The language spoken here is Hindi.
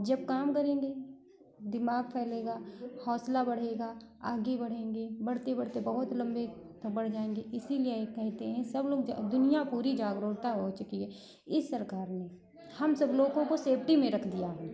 जब काम करेंगे दिमाग चलेगा हौसला बढ़ेगा आगे बढ़ेंगे बढ़ते बढ़ते बहुत लम्बे से बढ़ जाएंगे इसीलिए ये कहते हैं सब लोग दुनिया पूरी जागरूकता हो चुकी है इस सरकार में हम सब लोगों को सेफ्टी में रख दिया है